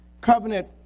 covenant